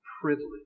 privilege